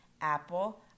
Apple